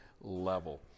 level